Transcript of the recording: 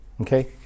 Okay